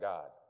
God